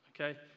okay